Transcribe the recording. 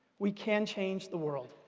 we can change the world.